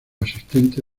asistente